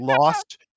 lost